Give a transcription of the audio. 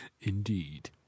Indeed